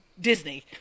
disney